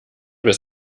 bis